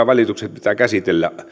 valitukset pitää käsitellä